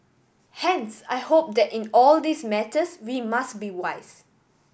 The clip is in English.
hence I hope that in all these matters we must be wise